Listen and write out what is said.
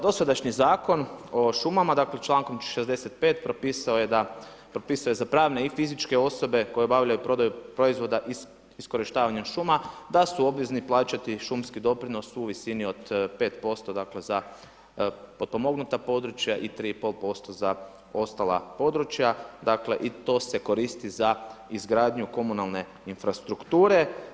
Dosadašnji Zakon o šumama dakle u članku 65. propisao je za pravne i fizičke sobe koje obavljaju prodaju proizvoda iskorištavanjem šuma da su obvezni plaćati šumski doprinos u visini od 5%, dakle za potpomognuta područja i 3,5% za ostala područja, dakle i to se koristi za izgradnju komunalne infrastrukture.